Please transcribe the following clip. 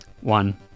One